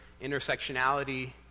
intersectionality